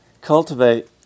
cultivate